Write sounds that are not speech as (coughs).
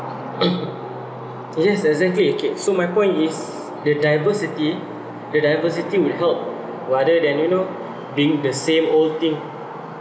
(coughs) yes exactly okay so my point is the diversity the diversity would help rather than you know being the same old thing